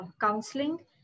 counseling